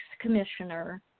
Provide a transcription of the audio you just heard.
commissioner